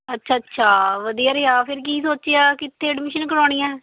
ਅੱਛਾ ਅੱਛਾ ਵਧੀਆ ਰਿਹਾ ਫਿਰ ਕੀ ਸੋਚਿਆ ਕਿੱਥੇ ਐਡਮਿਸ਼ਨ ਕਰਾਉਣੀ ਆ